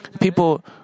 People